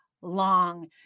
Long